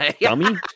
dummy